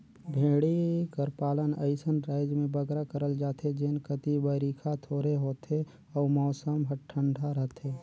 भेंड़ी कर पालन अइसन राएज में बगरा करल जाथे जेन कती बरिखा थोरहें होथे अउ मउसम हर ठंडा रहथे